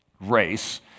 race